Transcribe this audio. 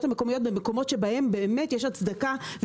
המקומיות במקומות שבהם באמת יש הצדקה,